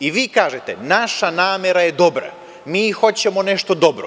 Vi kažete – naša namera je dobra, mi hoćemo nešto dobro.